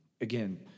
again